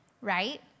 right